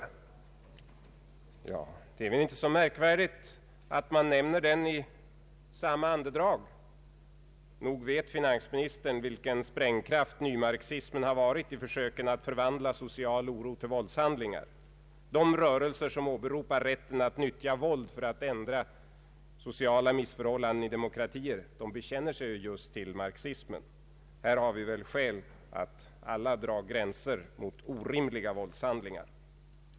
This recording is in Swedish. Ja, det är väl inte så märk Allmänpolitisk debatt värdigt att man nämner marxismen i samma andedrag. Nog vet finansministern vilken sprängkraft nymarxismen har varit i försöken att förvandla social oro till våldshandlingar. De rörelser som åberopar rätten att nyttja våld för att ändra sociala missförhållanden i demokratier bekänner sig just till marxismen. Här har vi väl skäl att alla dra gränser mot orimliga våldshandlingar.